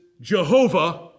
Jehovah